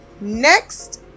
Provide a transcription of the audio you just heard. next